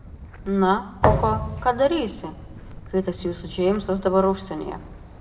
na koko ką darysi kai tas jūsų džeimsas dabar užsienyje